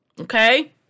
okay